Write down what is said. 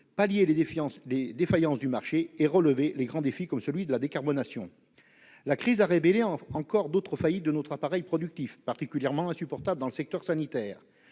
pallier les défaillances du marché et relever les grands défis, comme celui de la décarbonation. La crise a encore révélé d'autres faillites de notre appareil productif, particulièrement insupportables dans le secteur sanitaire.